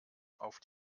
auf